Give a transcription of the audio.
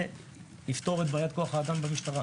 זה יפתור את בעיית כוח האדם במשטרה.